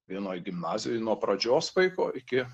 vienoj gimnazijoj nuo pradžios vaiko iki